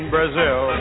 Brazil